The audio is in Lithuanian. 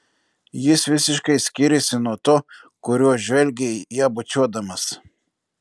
jis visiškai skyrėsi nuo to kuriuo žvelgė ją bučiuodamas